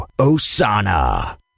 Osana